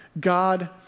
God